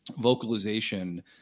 vocalization